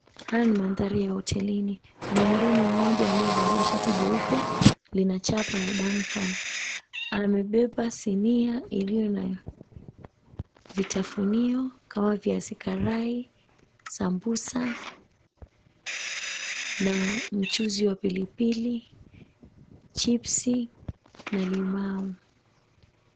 Haya ni mandhari ya hotelini kuna mhudumu mmoja aliyevalia shati jeupe lina chapa ya Dancan. Amebeba sinia iliyona vitafunio kama viazi karai, sambusa na mchuzi wa pilipili, chipsi na limau.